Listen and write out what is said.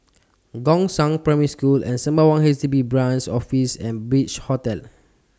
Gongshang Primary School and Sembawang H D B Branch Office and Beach Hotel